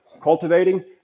cultivating